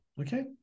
Okay